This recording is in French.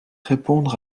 répondre